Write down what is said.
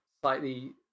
slightly